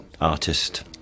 artist